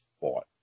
fought